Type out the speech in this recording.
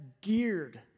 geared